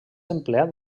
empleat